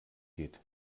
geht